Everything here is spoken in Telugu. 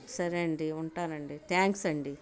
సరే అండి ఉంటానండి థ్యాంక్స్ అండి